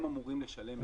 הם אמורים לשלם על זה.